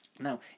now